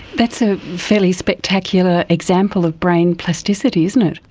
that's a fairly spectacular example of brain plasticity, isn't it.